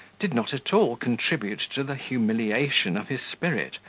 did not at all contribute to the humiliation of his spirit,